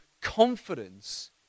confidence